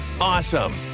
Awesome